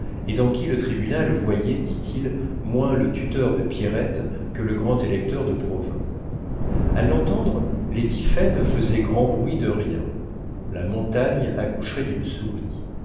et dans qui le tribunal voyait dit-il moins le tuteur de pierrette que le grand électeur de provins a l'entendre les tiphaine faisaient grand bruit de rien la montagne accoucherait d'une souris